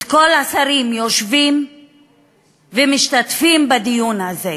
את כל השרים יושבים ומשתתפים בדיון הזה.